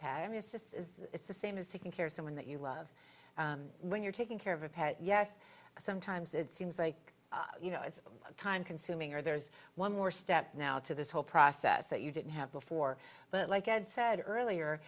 pattern is just is it's the same as taking care of someone that you love when you're taking care of a pet yes sometimes it seems like you know it's time consuming or there's one more step now to this whole process that you didn't have before but like i had said earlier